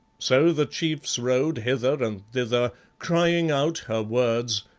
so the chiefs rode hither and thither, crying out her words,